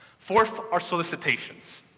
fourth are solicitations.